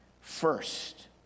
first